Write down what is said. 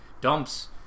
dumps